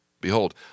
Behold